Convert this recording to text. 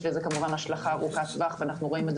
יש לזה כמובן השלכה ארוכת טווח ואנחנו רואים את